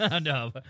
no